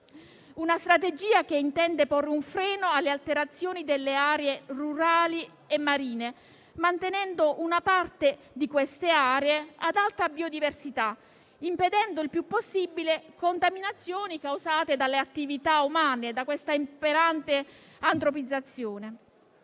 Una strategia che intende porre un freno alle alterazioni delle aree rurali e marine, mantenendo una parte di queste aree ad alta biodiversità e impedendo il più possibile contaminazioni causate dalle attività umane, da questa imperante antropizzazione.